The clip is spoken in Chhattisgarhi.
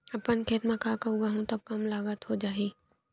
अपन खेत म का का उगांहु त कम लागत म हो जाही?